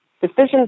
decisions